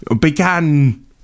began